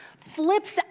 flips